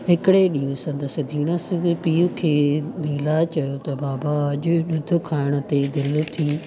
हिकिड़े ॾींहुं संदसि धीणसि बि पीउ खे लीला चयो त बाबा अॼु ॾुध खाइण ते दीलि थी